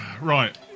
Right